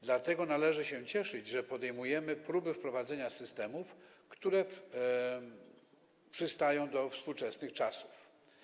Dlatego należy cieszyć się z tego, że podejmujemy próby wprowadzenia systemów, które przystają do współczesnych czasów.